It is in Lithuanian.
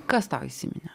kas tau įsiminė